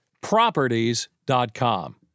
properties.com